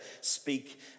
speak